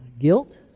guilt